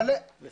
אנחנו